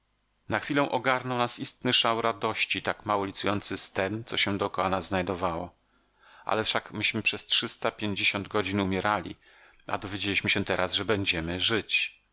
na chwilę ogarnął nas istny szał radości tak mało licujący z tem co się dokoła nas znajdowało ale wszak myśmy przez trzysta pięćdziesiąt godzin umierali a dowiedzieliśmy się teraz że będziemy żyć